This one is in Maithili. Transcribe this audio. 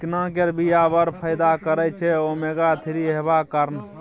चिकना केर बीया बड़ फाइदा करय छै ओमेगा थ्री हेबाक कारणेँ